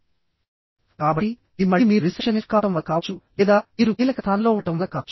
కాబట్టి ఇది మళ్ళీ మీరు రిసెప్షనిస్ట్ కావడం వల్ల కావచ్చు లేదా మీరు కీలక స్థానంలో ఉండటం వల్ల కావచ్చు